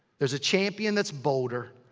there's a champion that's bolder.